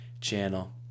channel